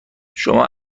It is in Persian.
شما